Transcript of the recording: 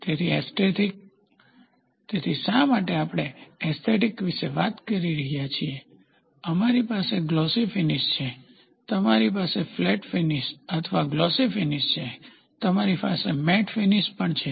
તેથી એસ્થેટીક તેથી શા માટે આપણે એસ્થેટીક વિશે વાત કરી રહ્યા છીએ અમારી પાસે ગ્લોસી ફીનીશ છે તમારી પાસે ફ્લેટ ફીનીશ અથવા ગ્લોસી ફીનીશ છે તમારી પાસે મેટ ફિનીશ પણ છે